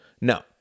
No